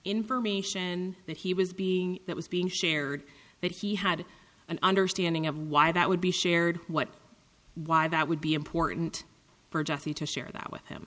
information that he was being that was being shared that he had an understanding of why that would be shared what why that would be important for jesse to share that with him